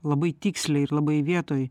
labai tiksliai ir labai vietoj